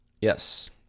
Yes